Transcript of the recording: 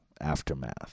aftermath